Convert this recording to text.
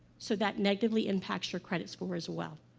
so that negatively impacts your credit score, as well.